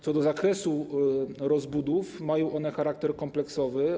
Co do zakresu rozbudów, to mają one charakter kompleksowy.